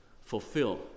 Fulfill